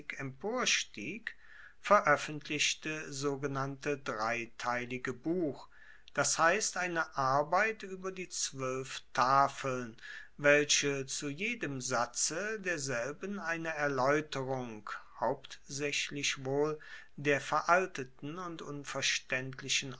emporstieg veroeffentlichte sogenannte dreiteilige buch das heisst eine arbeit ueber die zwoelf tafeln welche zu jedem satze derselben eine erlaeuterung hauptsaechlich wohl der veralteten und unverstaendlichen